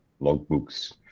logbooks